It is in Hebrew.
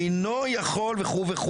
אינו יכול וכו'.